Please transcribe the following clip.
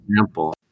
example